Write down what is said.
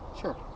Sure